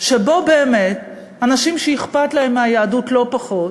שבו באמת אנשים שאכפת להם מהיהדות לא פחות